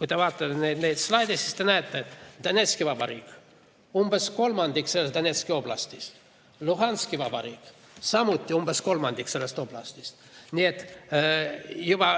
Kui te vaatate neid slaide, siis te näete: Donetski vabariik on umbes kolmandik Donetski oblastist, Luhanski vabariik on samuti umbes kolmandik sellest oblastist. Nii et juba